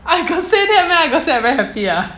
I got say that meh I got say I very happy ah